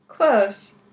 Close